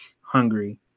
hungry